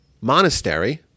monastery